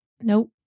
nope